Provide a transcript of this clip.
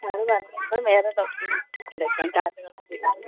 അത് രണ്ടും വേറെ ഡോക്ടറിനെ എടുക്കാം കാർഡിയോളജിയിൽ ആണെങ്കിൽ